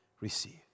Receive